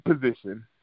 position